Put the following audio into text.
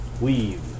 Weave